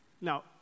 Now